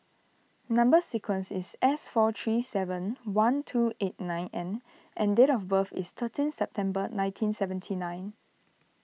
Number Sequence is S four three seven one two eight nine N and date of birth is thirteenth September nineteen seventy nine